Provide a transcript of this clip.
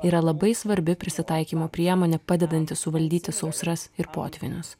yra labai svarbi prisitaikymo priemonė padedanti suvaldyti sausras ir potvynius